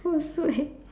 worse way